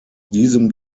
diesem